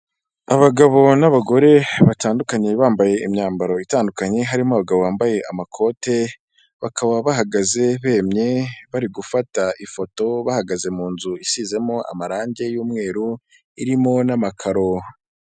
Abagabo n'abagore batandukanye bambaye imyambaro itandukanye, harimo abagabo bambaye amakote bakaba bahagaze bemye bari gufata ifoto bahagaze mu nzu isizemo amarangi y'umweru irimo n'amakaro.